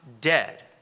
dead